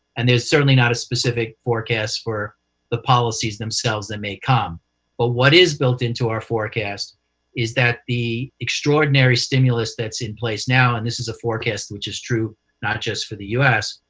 and there's certainly not a specific forecast for the policies themselves that may come. but what is built into our forecast is that the extraordinary stimulus that's in place now and this is a forecast which is true not just for the u s.